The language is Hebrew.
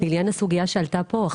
לעניין הסוגייה שעלתה כאן.